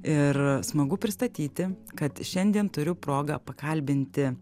ir smagu pristatyti kad šiandien turiu progą pakalbinti